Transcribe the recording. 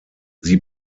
sie